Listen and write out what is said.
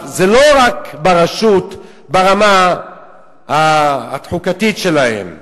זה לא רק ברשות ברמה התחיקתית שלהם.